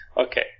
Okay